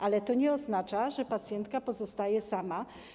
Ale to nie oznacza, że pacjentka pozostaje sama.